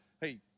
hey